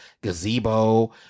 gazebo